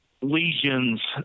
lesions